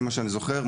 לפי מה שאני זוכר,